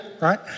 right